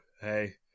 hey